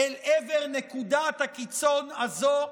אל עבר נקודת הקיצון הזו,